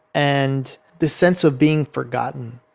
and the sense of being forgotten,